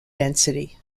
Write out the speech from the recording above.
density